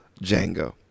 Django